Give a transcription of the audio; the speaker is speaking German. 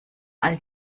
all